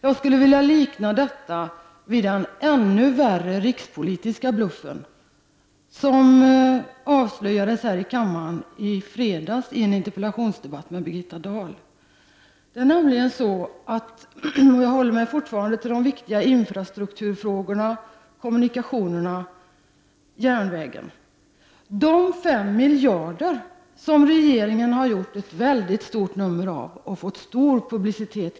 Jag skulle vilja säga att detta kan liknas vid den rikspolitiska bluff som avslöjades här i kammaren i fredags i samband med en interpellationsdebatt med Birgitta Dahl och som är ännu värre. Jag vill framhålla att jag fortfarande håller mig till de viktiga infrastrukturfrågorna: järnvägen, kommunikationerna. Regeringen har gjort ett väldigt stort nummer av de 5 miljarder som det talas om i detta sammanhang. Dessa har fått stor publicitet.